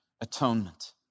atonement